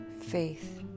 faith